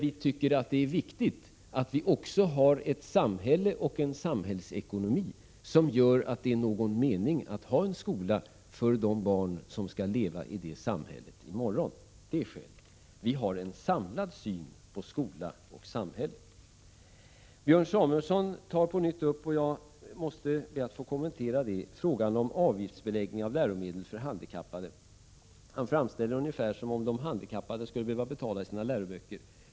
Men det är också viktigt att vi har ett samhälle och en samhällsekonomi, som gör att det är någon mening med att ha en skola för de barn som skall leva i detta samhälle i morgon. Vi har en samlad syn på skola och samhälle. Jag måste också kommentera vad Björn Samuelson på nytt tar upp, nämligen frågan om avgiftsbeläggning av läromedel för handikappade. Han framställde det ungefär som om de handikappade själva skulle behöva betala sina läroböcker.